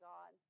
God